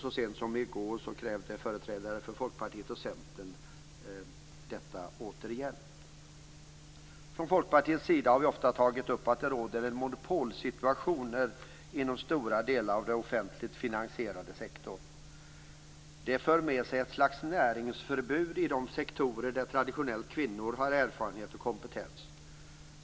Så sent som i går krävde företrädare som Folkpartiet och Centern detta igen. Från Folkpartiets sida har vi ofta tagit upp att det råder monopolsituationer inom stora delar av den offentligt finansierade sektorn. Det för med sig ett slags näringsförbud i de sektorer där traditionellt kvinnor har erfarenhet och kompetens.